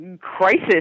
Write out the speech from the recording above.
crisis